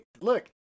look